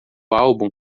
álbum